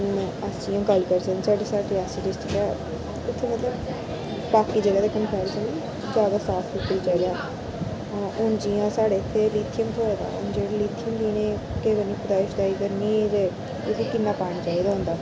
हून अस जियां गल्ल करी सकने आं साढ़ी जेह्ड़ी रियासी डिस्टिक ऐ उत्थै मतलब बाकी जगह् दे कंपरैजन ज्यादा साफ सुथरी जगह् ऐ हून जियां साढ़े इत्थै लीकियम थ्होऐ दा हून जेह्ड़ी लीकियम दी इनें केह् करनी खुदाई शुदाई करनी ते उसी किन्ना पानी चाहिदा होंदा